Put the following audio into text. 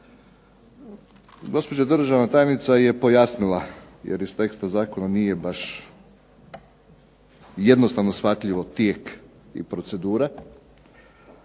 Gospođa državna tajnica je pojasnila jer iz teksta zakona nije baš jednostavno shvatljiv tijek i procedura,